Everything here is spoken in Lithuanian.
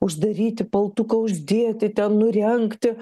uždaryti paltuką uždėti ten nurengti